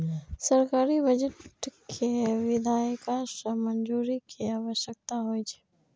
सरकारी बजट कें विधायिका सं मंजूरी के आवश्यकता होइ छै